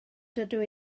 dydw